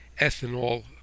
ethanol